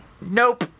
nope